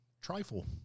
trifle